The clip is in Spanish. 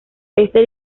este